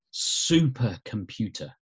supercomputer